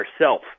ourself